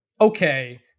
Okay